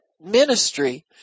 ministry